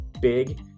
big